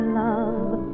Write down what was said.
love